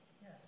Yes